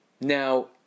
now